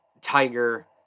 Tiger